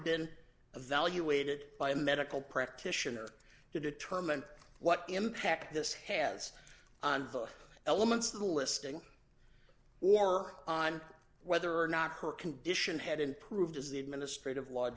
been evaluated by a medical practitioner to determine what impact this has on the elements of the listing or on whether or not her condition had improved as the administrative law